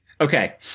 okay